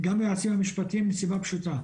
גם על היועצים המשפטיים וזה מסיבה פשוטה,